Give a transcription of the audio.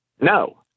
No